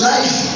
Life